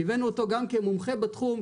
הבאנו אותו גם כמומחה בתחום,